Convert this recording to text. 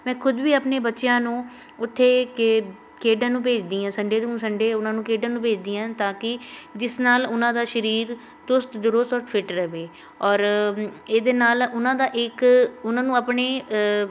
ਮੈਂ ਖ਼ੁਦ ਵੀ ਆਪਣੇ ਬੱਚਿਆਂ ਨੂੰ ਉੱਥੇ ਕੇ ਖੇਡਣ ਨੂੰ ਭੇਜਦੀ ਹਾਂ ਸੰਡੇ ਨੂੰ ਸੰਡੇ ਉਹਨਾਂ ਨੂੰ ਖੇਡਣ ਨੂੰ ਭੇਜਦੀ ਹਾਂ ਤਾਂ ਕਿ ਜਿਸ ਨਾਲ ਉਹਨਾਂ ਦਾ ਸਰੀਰ ਚੁਸਤ ਦਰੁਸਤ ਔਰ ਫਿੱਟ ਰਵੇ ਔਰ ਇਹਦੇ ਨਾਲ ਉਹਨਾਂ ਦਾ ਇੱਕ ਉਹਨਾਂ ਨੂੰ ਆਪਣੇ